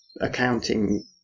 accounting